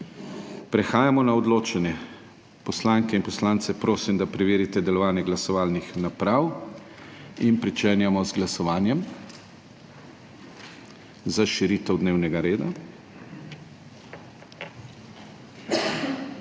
Prehajamo na odločanje. Poslanke in poslance prosim, da preverijo delovanje glasovalnih naprav. Pričenjamo z glasovanjem za širitev dnevnega reda.